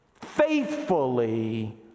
faithfully